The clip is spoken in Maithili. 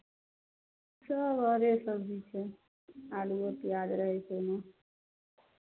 सभ हरे सबजी छै आलूओ पियाज रहै छै ओहिमे